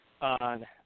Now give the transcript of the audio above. on